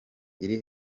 iri